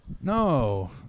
No